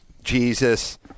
Jesus